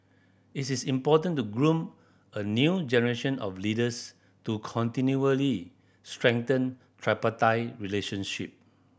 it is important to groom a new generation of leaders to continually strengthen tripartite relationship